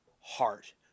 heart